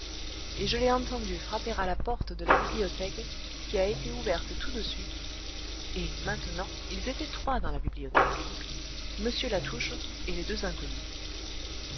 et je l'ai entendu frapper à la porte de la bibliothèque qui a été ouverte tout de suite et maintenant ils étaient trois dans la bibliothèque m latouche et les deux inconnus